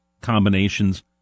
combinations